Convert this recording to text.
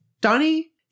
Donnie